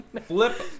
Flip